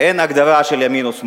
אין הגדרה של "ימין" או "שמאל".